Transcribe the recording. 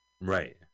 Right